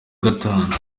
gatanu